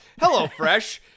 HelloFresh